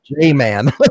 J-Man